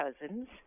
cousins